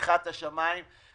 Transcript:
אני